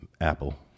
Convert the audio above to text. Apple